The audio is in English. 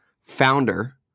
founder